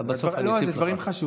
זה דברים חשובים.